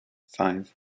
five